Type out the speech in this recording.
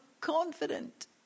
confident